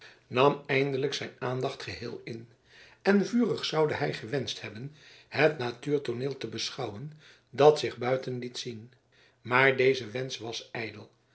nam eindelijk zijn aandacht geheel in en vurig zoude hij gewenscht hebben het natuurtooneel te beschouwen dat zich buiten liet zien maar deze wensch was